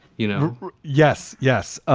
you know yes. yes.